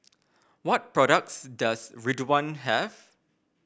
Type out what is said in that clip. what products does Ridwind have